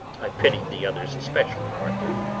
i pitied the others, especially arthur.